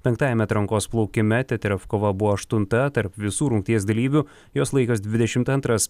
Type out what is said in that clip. penktajame atrankos plaukime teterevkova kova buvo aštunta tarp visų rungties dalyvių jos laikas dvidešim antras